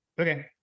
Okay